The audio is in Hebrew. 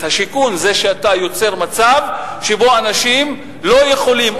השיכון זה שאתה יוצר מצב שבו אנשים לא יכולים,